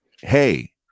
Hey